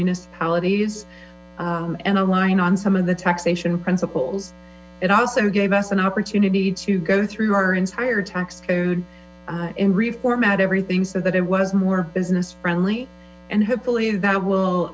municipalities and align on some of the taxation principles it also gave us an opportunity to go through our entire tax code and reformat everything so that it was more business friendly and hopefully that will